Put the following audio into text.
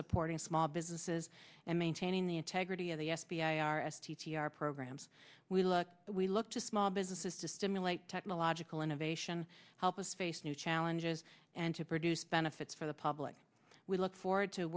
supporting small businesses and maintaining the integrity of the f b i our programs we look we look to small businesses to stimulate technological innovation help us face new challenges and to produce benefits for the public we look forward to